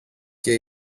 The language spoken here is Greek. και